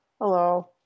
Hello